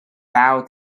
bow